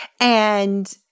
and-